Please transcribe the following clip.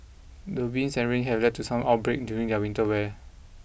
the winds and rain here have led some to break out their winter wear